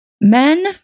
Men